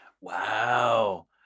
Wow